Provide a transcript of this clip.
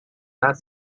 است